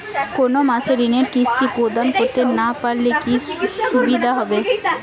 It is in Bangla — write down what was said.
কোনো মাসে ঋণের কিস্তি প্রদান করতে না পারলে কি অসুবিধা হবে?